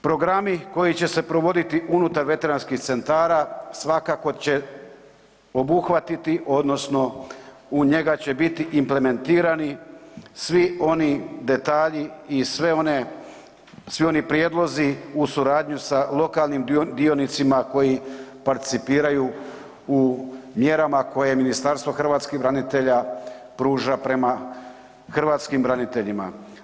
Programi koji će se provoditi unutar veteranskih centara svakako će obuhvatiti odnosno u njega će biti implementirani svi oni detalji i svi oni prijedlozi u suradnji sa lokalnim dionicama koji participiraju u mjerama koje Ministarstvo hrvatskih branitelja pruža prema hrvatskim braniteljima.